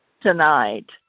tonight